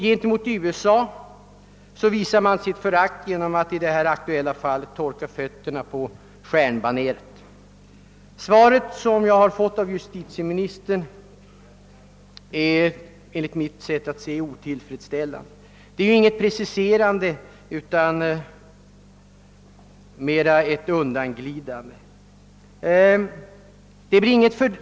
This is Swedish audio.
Gentemot USA visar man i det aktuella fallet sitt förakt genom att torka fötterna på stjärnbaneret. Det svar jag har fått av justitieministern är enligt mitt sätt att se otillfredsställande. Det innebär inget preciserande utan snarare ett undanglidande.